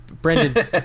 brendan